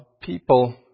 people